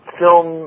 film